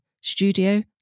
Studio